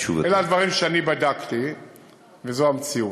אלה דברים שאני בדקתי וזו המציאות.